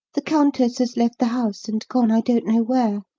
the countess has left the house and gone i don't know where.